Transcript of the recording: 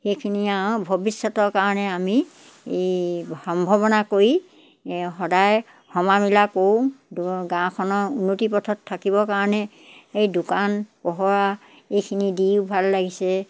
সেইখিনিয়ে আৰু ভৱিষ্যতৰ কাৰণে আমি এই সম্ভাৱনা কৰি সদায় সমিলমিলে কৰোঁ গাঁওখনৰ উন্নতিৰ পথত থাকিবৰ কাৰণে এই দোকান পোহাৰ এইখিনি দিও ভাল লাগিছে